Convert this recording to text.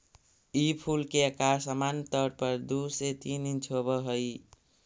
ई फूल के अकार सामान्य तौर पर दु से तीन इंच होब हई